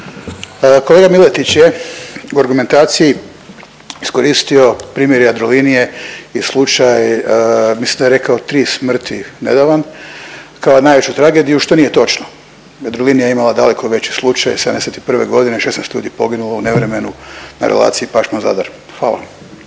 Kolega Miletić je u argumentaciji iskoristio primjer Jadrolinije i slučaj mislim da je rekao 3 smrti …/Govornik se ne razumije./… kao najveću tragediju, što nije točno. Jadrolinija je imala daleko veći slučaj '71. godine 16 ljudi poginulo u nevremenu na relaciji Pašman-Zadar. Hvala.